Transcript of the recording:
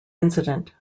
incident